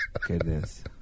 Goodness